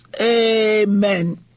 Amen